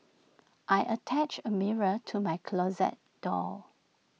I attached A mirror to my closet door